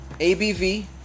ABV